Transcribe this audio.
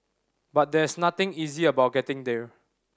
but there's nothing easy about getting there